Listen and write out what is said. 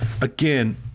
again